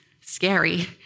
scary